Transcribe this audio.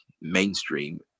mainstream